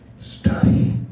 Study